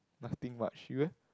nothing much you leh